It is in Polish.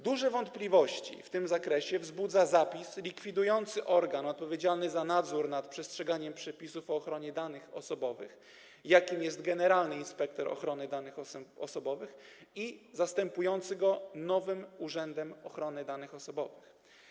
Duże wątpliwości w tym zakresie wzbudza zapis likwidujący organ odpowiedzialny za nadzór nad przestrzeganiem przepisów o ochronie danych osobowych, jakim jest generalny inspektor ochrony danych osobowych, i zastępujący go nowym Urzędem Ochrony Danych Osobowych.